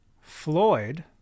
Floyd